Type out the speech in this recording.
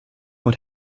and